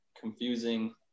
confusing